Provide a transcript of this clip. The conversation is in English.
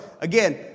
again